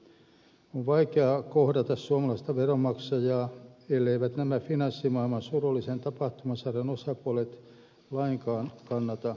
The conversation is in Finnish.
on vaikea kohdata suomalaista veronmaksajaa elleivät nämä finanssimaailman surullisen tapahtumasarjan osapuolet lainkaan kanna siitä vastuuta